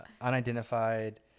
unidentified